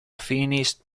finished